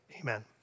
amen